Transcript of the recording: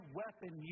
weapon